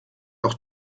auch